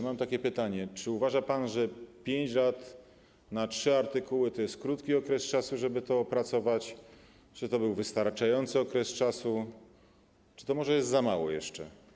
Mam takie pytanie: Czy uważa pan, że 5 lat na trzy artykuły to jest krótki okres, żeby to opracować, czy to był wystarczający okres, czy to może jest za mało jeszcze?